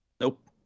Nope